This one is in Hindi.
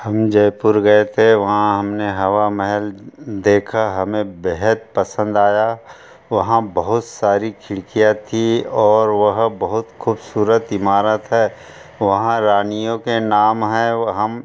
हम जयपुर गए थे वहाँ हम ने हवा महल देखा हमें बेहद पसंद आया वहाँ बहुत सारी खिड़कियाँ थी और वह बहुत ख़ूबसूरत इमारत है वहाँ रानियों के नाम हैं और हम